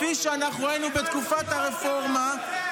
כפי שאנחנו ראינו בתקופת הרפורמה -- מה זה?